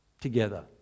together